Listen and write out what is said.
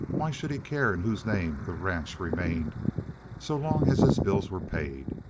why should he care in whose name the ranch remained so long as his bills were paid?